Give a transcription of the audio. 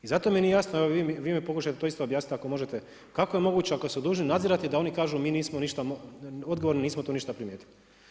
I zato mi nije jasno, vi mi pokušajte to isto objasniti ako možete, kako je moguće ako dužni nadzirati da oni kažu da mi nismo ništa odgovorni, nismo to ništa primijetili?